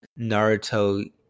naruto